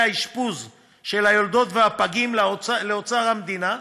האשפוז של היולדות והפגים לאוצר המדינה,